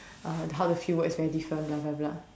uh how the fieldwork is very different blah blah blah